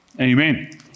Amen